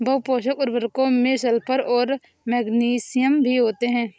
बहुपोषक उर्वरकों में सल्फर और मैग्नीशियम भी होते हैं